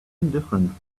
indifferent